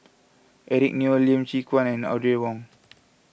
Eric Neo Lim Chwee Chian and Audrey Wong